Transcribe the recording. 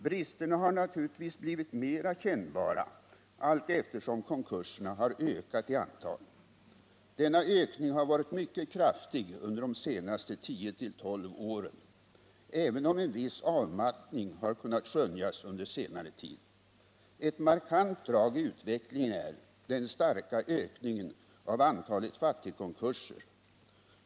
Bristerna har naturligtvis blivit mera kännbara allteftersom konkurserna har ökat i antal. Denna ökning har varit mycket kraftig under de senaste 10-12 åren, även om en viss avmattning har kunnat skönjas under senare tid. Ett markant drag i utvecklingen är den starka ökningen av antalet fattigkonkurser.